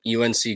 UNC